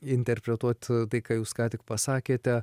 interpretuot tai ką jūs ką tik pasakėte